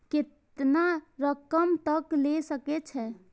केतना रकम तक ले सके छै?